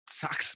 sucks